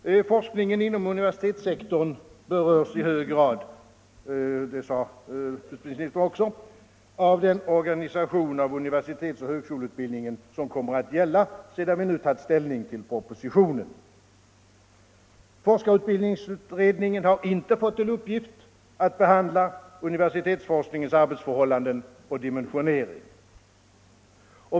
Forskningen inom universitetssektorn berörs i hög grad — och det sade utbildningsministern också — av den organisation av universitetsoch högskoleutbildningen som kommer att gälla sedan vi tagit ställning till propositionen. Forskarutbildningsutredningen har dock inte fått i uppgift att behandla universitetsforskningens arbetsförhållanden och dimensionering.